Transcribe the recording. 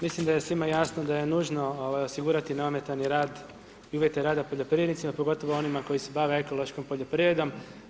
Mislim da je svima jasno da je nužno osigurati neometani rad i uvjete rada poljoprivrednicima, pogotovo onima koji se bave ekološkom poljoprivredom.